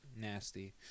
nasty